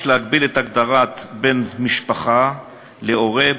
2. יש להגביל את הגדרת "בן משפחה" ל"הורה,